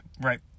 right